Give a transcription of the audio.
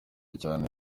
cyane